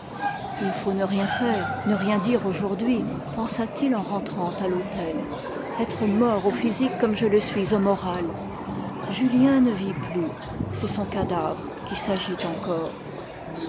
il faut ne rien faire ne rien dire aujourd'hui pensa-t-il en rentrant à l'hôtel être mort au physique comme je le suis au moral julien ne vit plus c'est son cadavre qui s'agite encore